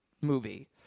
movie